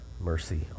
mercy